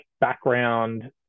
background